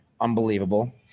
unbelievable